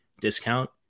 discount